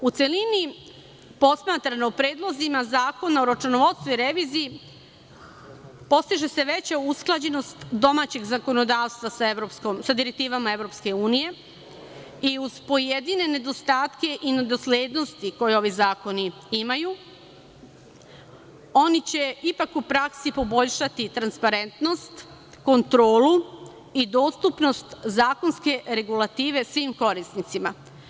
U celini, posmatrano predlozima zakona o računovodstvu i reviziji, postiže se veća usklađenost domaćeg zakonodavstva sa direktivama EU i uz pojedine nedostatke i nedoslednosti koje ove zakoni imaju, oni će ipak u praksi poboljšati transparentnost, kontrolu i dostupnost zakonske regulative svim korisnicima.